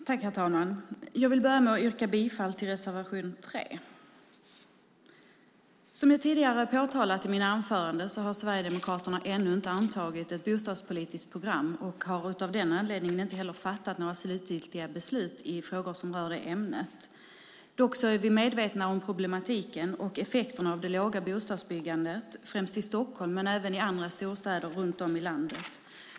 Herr talman! Jag vill börja med att yrka bifall till reservation 3. Som jag tidigare har påtalat i mina anföranden har Sverigedemokraterna ännu inte antagit ett bostadspolitiskt program och har av den anledningen inte heller fattat några slutgiltiga beslut i frågor som rör ämnet. Dock är vi medvetna om problemen och effekterna av det låga bostadsbyggandet, främst i Stockholm och även i andra storstäder runt om i landet.